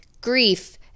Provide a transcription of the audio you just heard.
grief